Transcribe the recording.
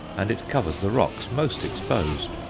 and it covers the rocks most exposed.